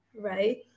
right